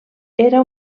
era